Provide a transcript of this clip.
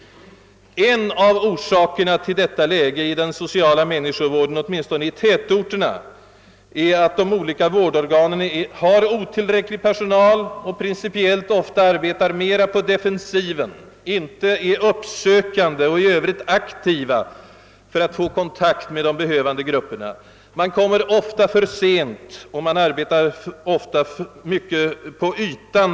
En av orsakerna till detta läge i den sociala människovården — åtminstone i tätorterna — är att de olika vårdorganen har otillräcklig personal och principiellt ofta arbetar mera på defensiven, inte är uppsökande och i övrigt aktiva för att få kontakt med de behövande grupperna. Man kommer ofta för sent, och man arbetar för mycket på ytan.